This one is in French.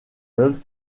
veuve